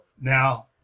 Now